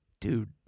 Dude